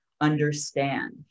understand